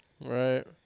Right